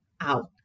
out